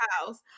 house